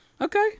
Okay